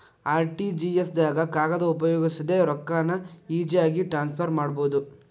RTGS ದಾಗ ಕಾಗದ ಉಪಯೋಗಿಸದೆ ರೊಕ್ಕಾನ ಈಜಿಯಾಗಿ ಟ್ರಾನ್ಸ್ಫರ್ ಮಾಡಬೋದು